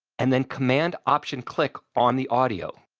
and then command-option-click on the audio.